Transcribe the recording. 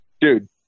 Dude